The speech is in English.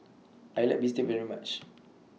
I like Bistake very much